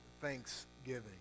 thanksgiving